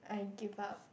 I give up